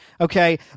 okay